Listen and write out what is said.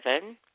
seven